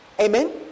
Amen